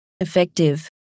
effective